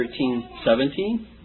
13:17